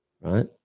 right